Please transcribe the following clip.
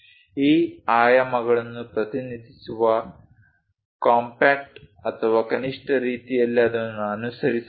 ಈ ಆಯಾಮಗಳನ್ನು ಪ್ರತಿನಿಧಿಸುವ ಕಾಂಪ್ಯಾಕ್ಟ್ ಅಥವಾ ಕನಿಷ್ಠ ರೀತಿಯಲ್ಲಿ ಅದನ್ನು ಅನುಸರಿಸಬೇಕು